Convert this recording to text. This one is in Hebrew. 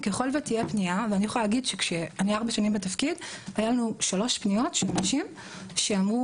אני ארבע שנים בתפקיד והיו לנו שלוש פניות של נשים שאמרו: